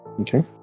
Okay